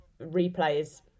replays